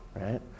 right